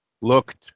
looked